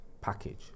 package